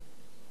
בבקשה, אדוני.